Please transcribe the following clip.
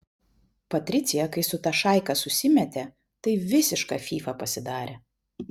patricija kai su ta šaika susimetė tai visiška fyfa pasidarė